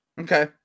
Okay